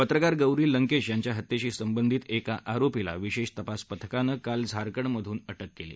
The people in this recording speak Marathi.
पत्रकार गौरी लंकेश यांच्या हत्येशी संबंधित एका आरोपीला विशेष तपास पथकानं काल झारखंड मधून अटक केली